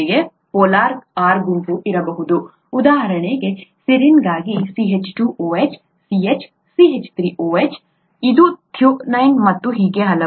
polar R ಗುಂಪುಗಳು ಇರಬಹುದು ಉದಾಹರಣೆಗೆ ಸೆರಿನ್ಗಾಗಿ CH2OH CH CH3OH ಇದು ಥ್ರೋನೈನ್ ಮತ್ತು ಹೀಗೆ ಹಲವು